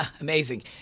Amazing